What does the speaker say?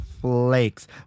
Flakes